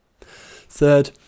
Third